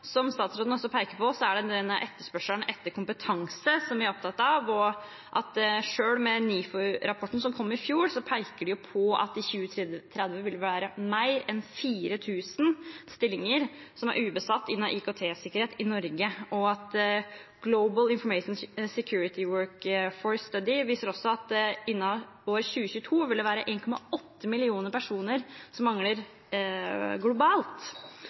Som statsråden også peker på, er det etterspørselen etter kompetanse vi er opptatt av. NIFU-rapporten som kom i fjor, pekte på at det i 2030 vil være mer enn 4 000 ubesatte stillinger innen IKT-sikkerhet i Norge, og Global Information Security Workforce Study viser at innen 2022 vil det være 1,8 millioner personer som mangler globalt.